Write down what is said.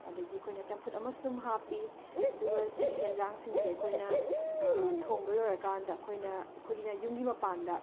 ꯑꯗꯒꯤ ꯑꯩꯈꯣꯏꯅ ꯆꯝꯐꯨꯠ ꯑꯃꯁꯨ ꯑꯗꯨꯝ ꯍꯥꯞꯄꯤ ꯑꯗꯨꯒ ꯁꯤꯒꯤ ꯌꯦꯟꯁꯥꯡꯁꯤꯡꯁꯦ ꯑꯩꯈꯣꯏꯅ ꯊꯣꯡꯕ ꯂꯣꯏꯔꯀꯥꯟꯗ ꯑꯩꯈꯣꯏꯅ ꯑꯩꯈꯣꯏꯒꯤꯅ ꯌꯨꯝꯒꯤ ꯃꯄꯥꯟꯗ